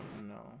No